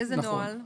איזה נוהל?